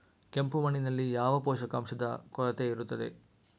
ಕೆಂಪು ಮಣ್ಣಿನಲ್ಲಿ ಯಾವ ಪೋಷಕಾಂಶದ ಕೊರತೆ ಇರುತ್ತದೆ?